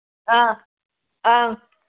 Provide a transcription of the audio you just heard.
ꯑꯥ ꯑꯥ